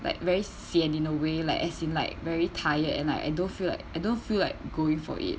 like very sian in a way like as in like very tired and I I don't feel like I don't feel like going for it